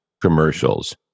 commercials